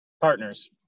partners